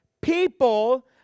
people